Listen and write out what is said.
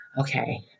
okay